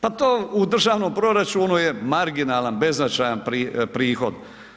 Pa to u državnom proračunu je marginalan, beznačajan prihod.